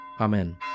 Amen